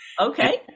Okay